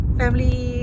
family